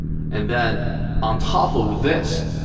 and then on top of this,